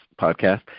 podcast